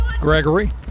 Gregory